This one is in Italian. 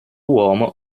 uomo